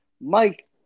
Mike